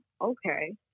Okay